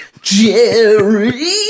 Jerry